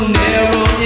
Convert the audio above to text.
narrow